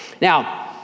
Now